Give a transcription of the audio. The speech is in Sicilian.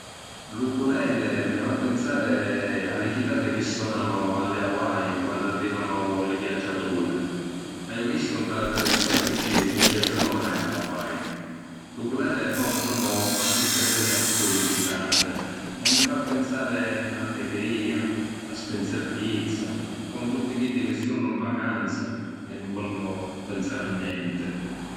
L’ukuleli mi fa pinsari a li chitarri chi sonanu a li Hawaii quannu arrivanu li viaggiaturi. L’haiu vistu nta la televisioni pirchì nun ci haiu statu mai a li Hawaii. L’ukuleli fa un sonu ‘anticchia diversu di li chitarri e mi fa pinsari a l’alligria e a la spinziratizza, comu tutti chiddi chi sunnu ‘n vacanza e nun vonnu pinsari a nenti.